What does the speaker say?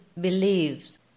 believes